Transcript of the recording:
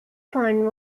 fun